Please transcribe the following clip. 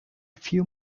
few